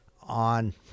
on